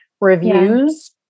reviews